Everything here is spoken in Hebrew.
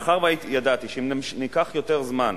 מאחר שידעתי שאם ניקח יותר זמן